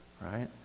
right